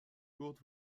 kurt